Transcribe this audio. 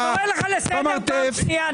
זה --- אני קורא לך לסדר פעם שנייה,